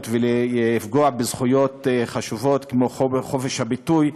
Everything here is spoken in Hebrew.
ולפגוע בזכויות חשובות כמו חופש הביטוי.